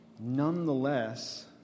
Nonetheless